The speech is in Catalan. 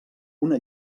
una